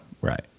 Right